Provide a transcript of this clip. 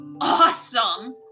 awesome